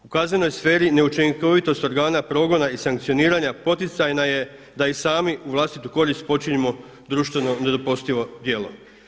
U kaznenoj sferi neučinkovitost organa progona i sankcioniranja poticajna je da i sami u vlastitu korist počinimo društveno nedopustivo djelo.